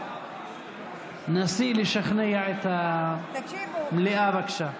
נסי לשכנע את המליאה, בבקשה.